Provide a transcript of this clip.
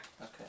Okay